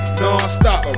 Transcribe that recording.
non-stop